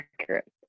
accurate